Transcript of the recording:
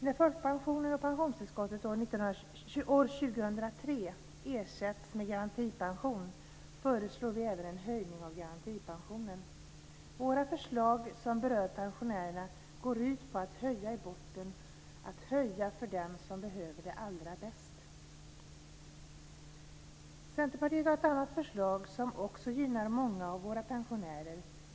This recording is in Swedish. När folkpensionen och pensionstillskottet år 2003 ersätts med garantipension föreslår vi även en höjning av garantipensionen. Våra förslag som berör pensionärerna går ut på att höja i botten, att höja för dem som behöver det allra bäst. Centerpartiet har ett annat förslag som också gynnar många av våra pensionärer.